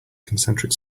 concentric